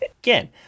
Again